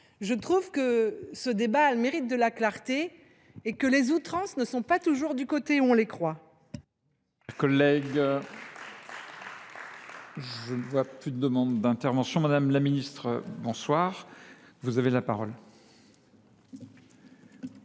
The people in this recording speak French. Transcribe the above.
Je trouve que ce débat a le mérite de la clarté : les outrances ne sont pas toujours du côté que l’on croit